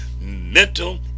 mental